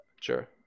Sure